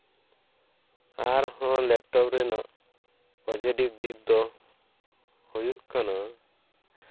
ᱟᱨᱦᱚᱸ ᱞᱮᱯᱴᱚᱯ ᱨᱮᱱᱟᱜ ᱯᱚᱡᱮᱴᱤᱵᱷ ᱫᱤᱠ ᱫᱚ ᱦᱩᱭᱩᱜ ᱠᱟᱱᱟ